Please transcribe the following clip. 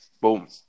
boom